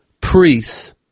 priests